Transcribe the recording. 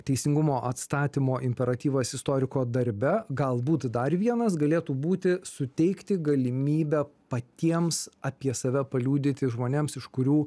teisingumo atstatymo imperatyvas istoriko darbe galbūt dar vienas galėtų būti suteikti galimybę patiems apie save paliudyti žmonėms iš kurių